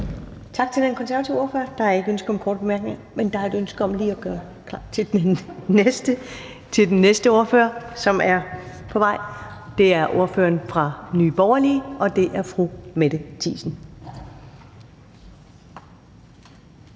Tak til den konservative ordfører. Der er ikke noget ønske om korte bemærkninger, men der er et ønske om lige at gøre klar til den næste ordfører, som er på vej. Det er ordføreren for Nye Borgerlige, og det er fru Mette Thiesen.